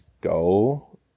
go